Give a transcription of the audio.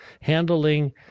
handling